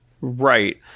Right